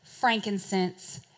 frankincense